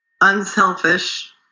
unselfish